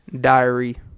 diary